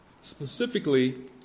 Specifically